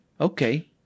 okay